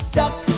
duck